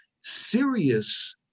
serious